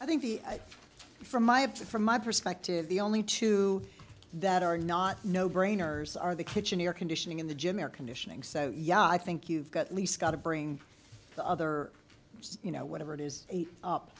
i think he from my object from my perspective the only two that are not no brainers are the kitchen air conditioning in the gym air conditioning so yeah i think you've got at least got to bring the other you know whatever it is eight up